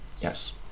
yes